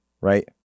right